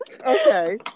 okay